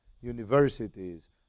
universities